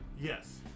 yes